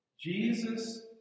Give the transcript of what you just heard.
Jesus